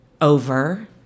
over